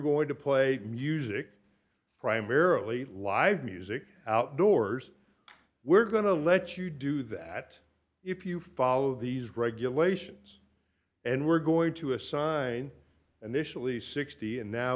going to play music primarily live music outdoors we're going to let you do that if you follow these regulations and we're going to assign initially sixty and now